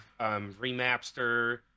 remapster